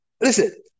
Listen